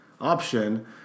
option